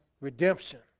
redemption